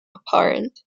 apparent